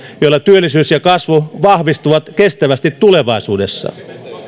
joilla työllisyys ja kasvu vahvistuvat kestävästi tulevaisuudessa